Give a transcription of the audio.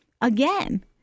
again